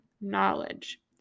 knowledge